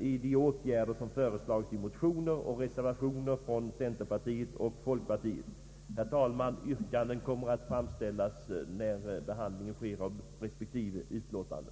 genom föreslagna åtgärder i reservationer och motioner från centerpartiet och folkpartiet. Herr talman! Yrkanden kommer att framställas under behandlingen av respektive utlåtanden.